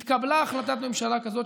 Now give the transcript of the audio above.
התקבלה החלטת ממשלה כזאת,